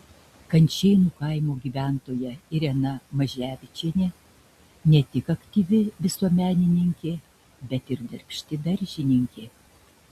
kančėnų kaimo gyventoja irena maževičienė ne tik aktyvi visuomenininkė bet ir darbšti daržininkė